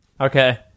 Okay